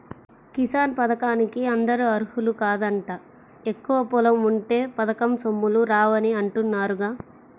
కిసాన్ పథకానికి అందరూ అర్హులు కాదంట, ఎక్కువ పొలం ఉంటే పథకం సొమ్ములు రావని అంటున్నారుగా